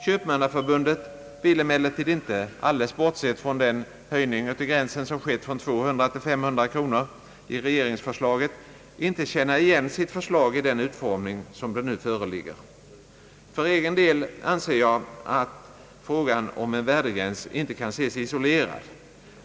Köpmannaförbundet vill emellertid inte — alldeles bortsett från höjningen av gränsen från 200 till 500 kronor i regeringsförslaget — känna igen sitt förslag i den utformning som det nu föreligger i. För egen del anser jag att frågan om en värdegräns inte kan ses isolerad.